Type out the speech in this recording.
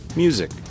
music